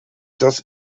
das